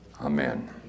Amen